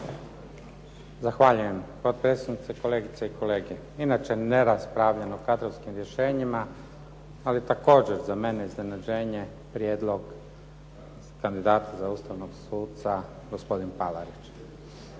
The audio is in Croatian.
Zahvaljujem. Potpredsjedniče, kolegice i kolege. Inače ne raspravljam o kadrovskim rješenjima ali također je za mene iznenađenje prijedlog kandidata za ustavnog suca gospodin Palarić.